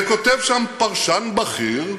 וכותב שם פרשן בכיר,